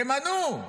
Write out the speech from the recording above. תמנו.